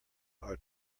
are